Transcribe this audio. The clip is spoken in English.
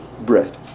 bread